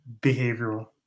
behavioral